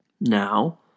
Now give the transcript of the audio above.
Now